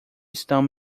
estão